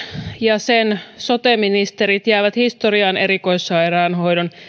ja sen sote ministerit jäävät historiaan erikoissairaanhoidon